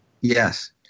Yes